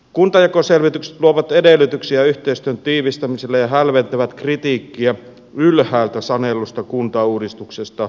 kuntajakoselvitykset luovat edellytyksiä yhteistyön tiivistämiselle ja hälventävät kritiikkiä ylhäältä sanellusta kuntauudistuksesta